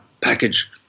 Package